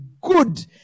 good